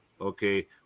okay